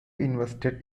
invested